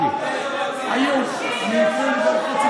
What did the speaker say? שהיא נחלת אבותינו,